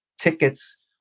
tickets